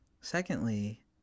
Secondly